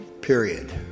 period